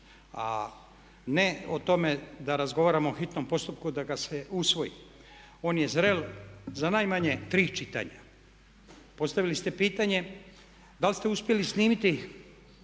A ne o tome da razgovaramo o hitnom postupku da ga se usvoji. On je zreo za najmanje tri čitanja. Postavili ste pitanje da li ste uspjeli snimiti